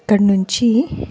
ఇక్కడ నుంచి